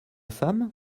femme